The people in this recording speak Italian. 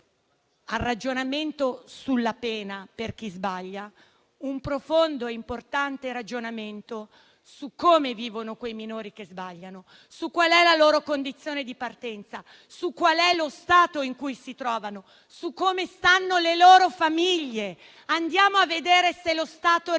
il ragionamento sulla pena per chi sbaglia e il profondo importante ragionamento su come vivono i minori che sbagliano, riflettendo sulla loro condizione di partenza, sullo stato in cui si trovano, su come stanno le loro famiglie. Andiamo a vedere se lo Stato riesce